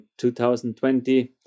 2020